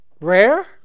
Rare